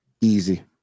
Easy